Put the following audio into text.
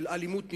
של אלימות נפשעת.